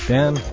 Dan